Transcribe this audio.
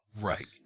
Right